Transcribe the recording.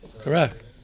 Correct